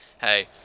Hey